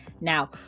Now